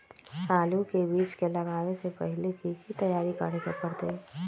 आलू के बीज के लगाबे से पहिले की की तैयारी करे के परतई?